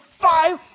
five